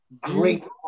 great